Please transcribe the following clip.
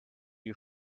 you